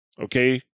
okay